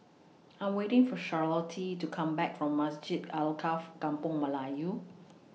I'm waiting For Charlottie to Come Back from Masjid Alkaff Kampung Melayu